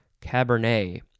Cabernet